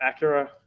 acura